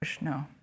No